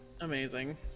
amazing